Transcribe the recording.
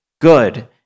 good